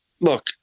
look